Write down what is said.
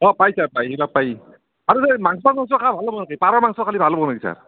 অঁ পায় ছাৰ পায় সেইগিলা পায় আৰু এই মাংস চাংছ খাই ভাল হ'ব নেকি পাৰ মাংস খালি ভাল হ'ব নেকি ছাৰ